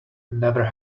never